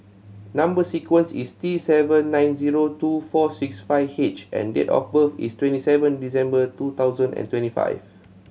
number sequence is T seven nine zero two four six five H and date of birth is twenty seven December two thousand and twenty five